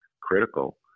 critical